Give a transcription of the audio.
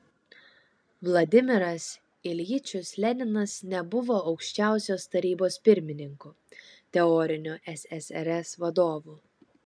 vladimiras iljičius leninas nebuvo aukščiausios tarybos pirmininku teoriniu ssrs vadovu